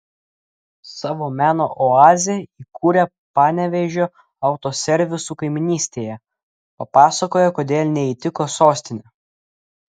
savo meno oazę įkūrė panevėžio autoservisų kaimynystėje papasakojo kodėl neįtiko sostinė